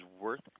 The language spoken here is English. worth